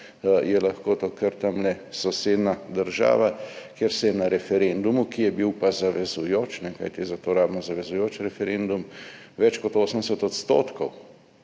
je lahko to kar tamle sosednja država, kjer se je na referendumu, ki je bil pa zavezujoč, kajti za to rabimo zavezujoč referendum, več kot 80 %